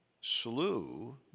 slew